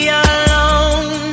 alone